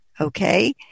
Okay